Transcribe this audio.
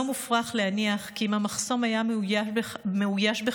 לא מופרך להניח כי לו המחסום היה מאויש בחיילים,